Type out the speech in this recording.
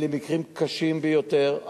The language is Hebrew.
אלה מקרים קשים ביותר.